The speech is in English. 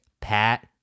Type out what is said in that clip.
Pat